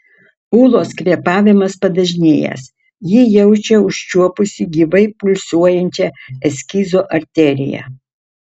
ūlos kvėpavimas padažnėjęs ji jaučia užčiuopusi gyvai pulsuojančią eskizo arteriją